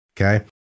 okay